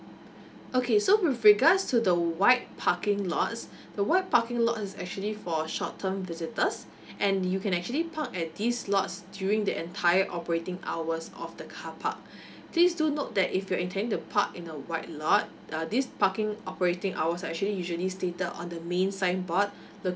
okay so with regards to the white parking lots the white parking lot is actually for a short term visitors and you can actually park at these lots during the entire operating hours of the car park please do note that if you intend to park in a white lot uh these parking operating hours actually usually stated on the main sign board located